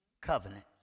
covenant